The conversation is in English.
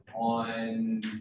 on